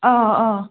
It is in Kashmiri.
آ آ